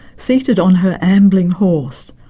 seated on her ambling horse,